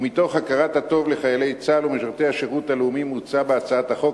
ומתוך הכרת הטוב לחיילי צה"ל ומשרתי השירות הלאומי מוצע בהצעת החוק